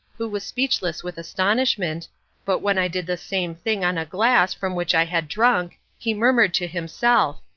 who was speechless with astonishment but when i did the same thing on a glass from which i had drunk he murmured to himself,